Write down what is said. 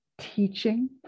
teaching